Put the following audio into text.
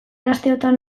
asteotan